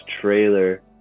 trailer